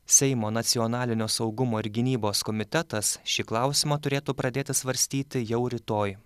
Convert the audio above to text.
seimo nacionalinio saugumo ir gynybos komitetas šį klausimą turėtų pradėti svarstyti jau rytoj